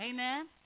Amen